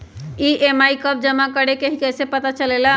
EMI कव जमा करेके हई कैसे पता चलेला?